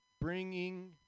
bringing